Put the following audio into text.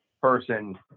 person